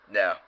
no